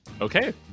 Okay